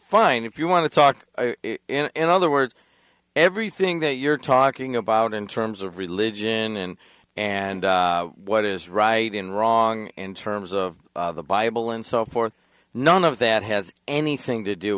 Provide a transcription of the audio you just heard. fine if you want to talk in other words everything that you're talking about in terms of religion and what is right and wrong in terms of the bible and so forth none of that has anything to do